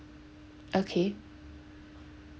okay